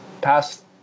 past